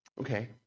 Okay